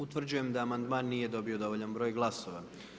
Utvrđujem da amandman nije dobio dovoljan broj glasova.